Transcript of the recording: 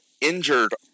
injured